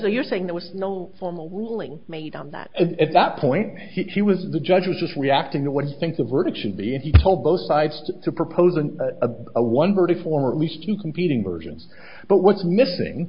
so you're saying there was no formal ruling made on that and at that point he was the judge was just reacting to what you think the verdict should be and he told both sides to propose an one verdict form at least two competing versions but what's missing